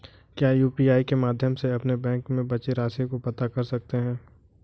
क्या यू.पी.आई के माध्यम से अपने बैंक में बची राशि को पता कर सकते हैं?